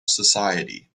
society